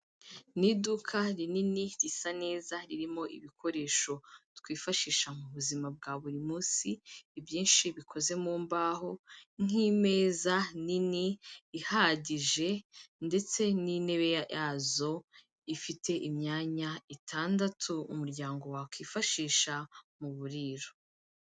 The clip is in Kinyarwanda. Ni iduka rinini risa neza, ririmo ibikoresho twifashisha mu buzima bwa buri munsi, ibyinshi bikoze mu mbaho nk'imeza nini ihagije ndetse n'intebe yazo, ifite imyanya itandatu umuryango wakwifashisha mu buririro.